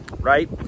right